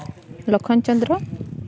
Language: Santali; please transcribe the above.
ᱞᱚᱠᱠᱷᱚᱱ ᱪᱚᱸᱫᱽᱨᱚ